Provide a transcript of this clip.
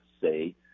say